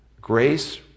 Grace